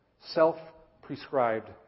self-prescribed